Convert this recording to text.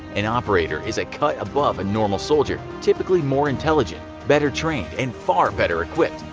an operator is a cut above a normal soldier, typically more intelligent, better trained, and far better equipped.